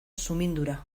sumindura